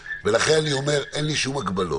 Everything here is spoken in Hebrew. ולכן אני אומר: אין לי שום הגבלות.